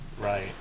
right